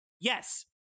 Yes